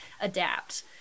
adapt